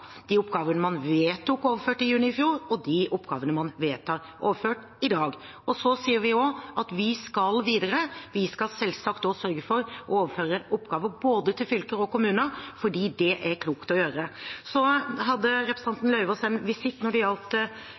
de oppgavene man vedtok overført i juni i fjor, og de oppgavene man vedtar overført i dag. Vi sier også at vi skal videre. Vi skal selvsagt også sørge for å overføre oppgaver både til fylker og til kommuner – fordi det er klokt å gjøre. Representanten Lauvås hadde en visitt når det gjaldt